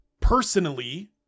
personally